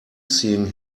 seeing